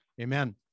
Amen